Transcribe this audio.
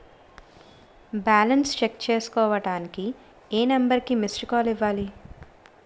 Balance check చేసుకోవటానికి ఏ number కి మిస్డ్ కాల్ ఇవ్వాలి?